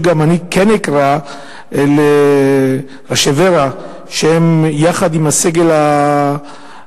גם אני אקרא לראשי ור"ה, שהם יחד עם הסגל של